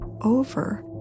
over